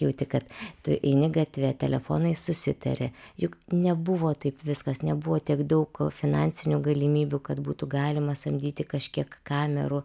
jauti kad tu eini gatve telefonais susitari juk nebuvo taip viskas nebuvo tiek daug finansinių galimybių kad būtų galima samdyti kažkiek kamerų